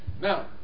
Now